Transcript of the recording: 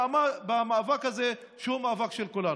אז בהצלחה להם במאבק הזה, שהוא מאבק של כולנו.